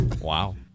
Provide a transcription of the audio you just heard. Wow